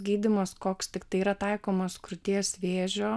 gydymas koks tiktai yra taikomas krūties vėžio